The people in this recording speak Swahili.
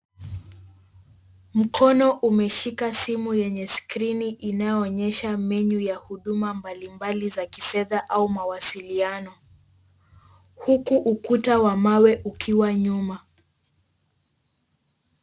Mkono umeshika simu yenye skrini inayoonyesha menyu ya huduma mbalimbali za kifedha au mawasiliano, huku ukuta wa mawe ukiwa nyuma.